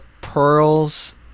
pearls